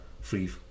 free